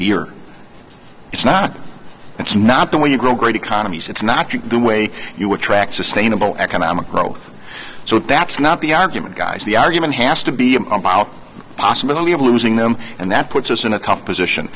beer it's not it's not the way you grow great economies it's not the way you would track sustainable economic growth so that's not the argument guys the argument has to be a possibility of losing them and that puts us in a tough position